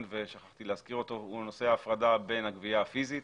ושכחתי להזכיר אותו הוא ההפרדה בין הגבייה הפיסית,